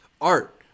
Art